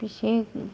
बेसे